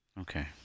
Okay